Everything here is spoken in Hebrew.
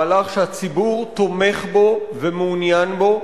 מהלך שהציבור תומך בו ומעוניין בו,